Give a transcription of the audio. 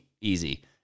Easy